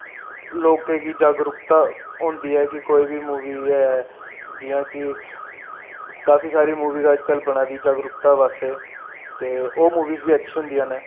लोकें गी जागरुकता होंदी ऐ कि कोई बी मूवी ऐ जि'यां कि काफी सारी मूवियां अजकल बना दियां जागरुकता आस्तै ते ओह् मूवियां बी अच्छियां होंदियां न